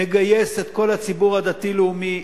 נגייס את כל הציבור הדתי-לאומי,